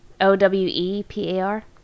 O-W-E-P-A-R